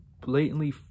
blatantly